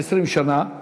ב-20 שנה,